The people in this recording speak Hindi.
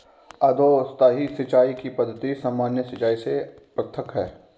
अधोसतही सिंचाई की पद्धति सामान्य सिंचाई से पृथक है